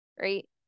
right